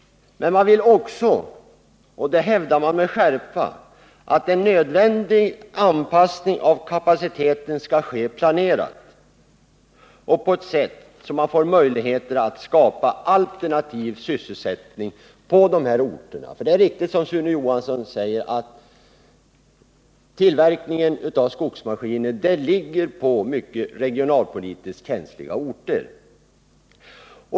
Men man vill också — och det hävdar man med skärpa — att en nödvändig anpassning av kapaciteten skall ske planerat och på ett sådant sätt att man får möjligheter att skapa alternativ sysselsättning på de här orterna. Det är riktigt som Sune Johansson säger att tillverkningen av skogsmaskiner ligger på regionalpolitiskt mycket känsliga orter.